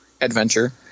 adventure